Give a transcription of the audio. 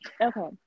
okay